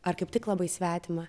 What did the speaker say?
ar kaip tik labai svetima